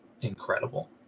incredible